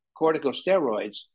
corticosteroids